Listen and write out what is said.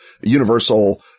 Universal